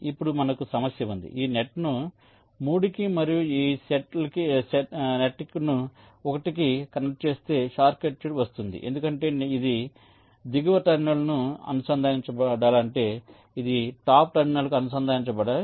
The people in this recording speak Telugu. ఇప్పుడు మనకు సమస్య ఉంది ఈ నెట్ను 3 కి మరియు ఈ నెట్ను 1 కి కనెక్ట్ చేస్తే షార్ట్ సర్క్యూట్ వస్తోంది ఎందుకంటే ఇది దిగువ టెర్మినల్కు అనుసంధానించబడాలంటే ఇది టాప్ టెర్మినల్కు అనుసంధానించబడాలి